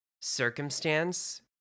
circumstance